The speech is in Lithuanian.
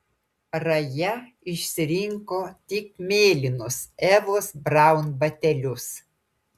raja išsirinko tik mėlynus evos braun batelius